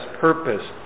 purpose